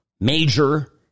major